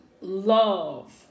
Love